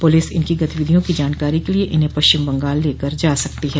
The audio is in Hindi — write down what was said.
पुलिस इनकी गतिविधियों की जानकारी के लिए इन्हें पश्चिम बंगाल भी लेकर जा सकती है